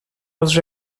was